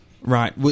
Right